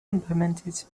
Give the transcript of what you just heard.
implemented